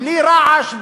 בלי רעש,